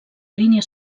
línia